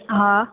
हा